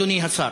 רצוני לשאול: